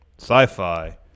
sci-fi